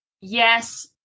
Yes